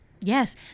Yes